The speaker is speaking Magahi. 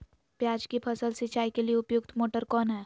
प्याज की फसल सिंचाई के लिए उपयुक्त मोटर कौन है?